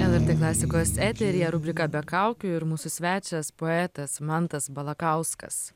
lrt klasikos eteryje rubrika be kaukių ir mūsų svečias poetas mantas balakauskas